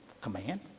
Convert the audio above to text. command